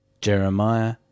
Jeremiah